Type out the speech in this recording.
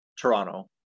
Toronto